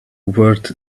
worth